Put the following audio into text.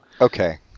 Okay